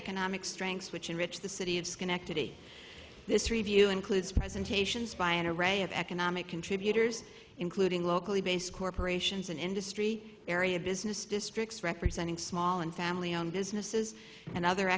economic strengths which enrich the city of schenectady this review includes presentations by an array of economic contributors including locally based corporations and industry area business districts representing small and family owned businesses and other